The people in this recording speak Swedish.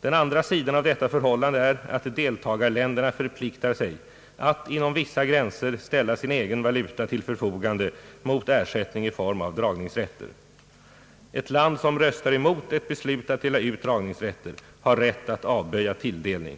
Den andra sidan av detta förhållande är att deltagarländerzxa förpliktar sig att inom vissa gränscor ställa sin egen valuta till förfogande mot ersättning i form av dragningsrätter. Ett land som röstar emot eit beslut att dela ut dragningsrätter har rätt att avböja tilldelning.